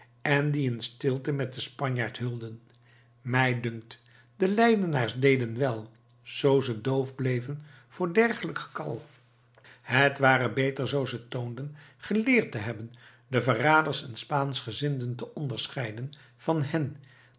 en die in stilte met den spanjaard heulden mij dunkt de leidenaars deden wél zoo ze doof bleven voor dergelijk gekal het ware beter zoo ze toonden geleerd te hebben de verraders en spaanschgezinden te onderscheiden van hen